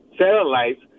satellites